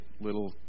little